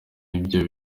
ibyo